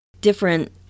different